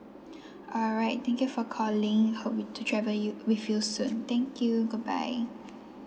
alright thank you for calling hope to travel you with you soon thank you goodbye